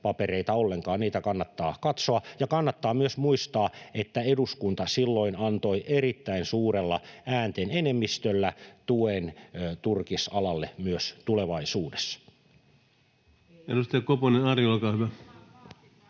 papereita ollenkaan, niitä kannattaa katsoa. Ja kannattaa myös muistaa, että eduskunta silloin antoi erittäin suurella äänten enemmistöllä tuen turkisalalle myös tulevaisuudessa. [Jenni Pitkon välihuuto